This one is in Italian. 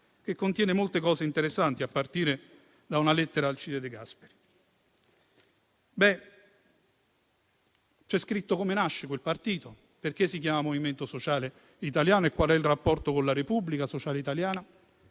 che contiene molte cose interessanti a partire da una lettera ad Alcide De Gasperi. C'è scritto come nasce quel partito, perché si chiama Movimento Sociale Italiano e qual è il rapporto con la Repubblica sociale italiana,